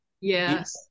yes